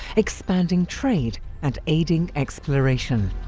expanding trade and aiding exploration.